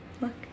Look